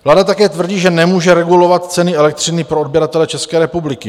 Vláda také tvrdí, že nemůže regulovat ceny elektřiny pro odběratele České republiky.